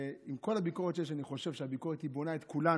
ועם כל הביקורת שיש אני חושב שהביקורת היא בונה את כולנו.